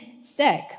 sick